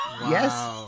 Yes